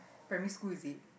primary school is it